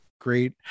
great